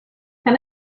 can